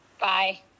bye